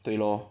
对 lor